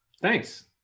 Thanks